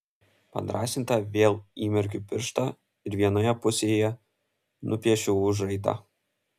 padrąsinta vėl įmerkiu pirštą ir vienoje pusėje nupiešiu užraitą